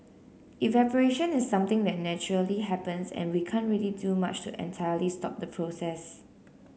evaporation is something that naturally happens and we can't really do much to entirely stop the process